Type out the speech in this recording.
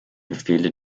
befehle